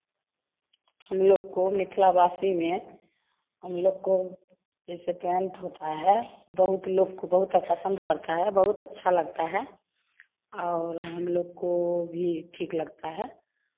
हम लोग को मिथिलावासी में हम लोग को जैसे पेंट होता है बहुत लोग को बहुत पसंद पड़ता है बहुत अच्छा लगता है और हम लोग को भी ठीक लगता है